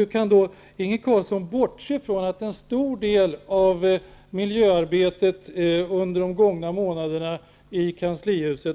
Hur kan då Inge Carlsson bortse från att en stor del av miljöarbetet i kanslihuset under de gångna månaderna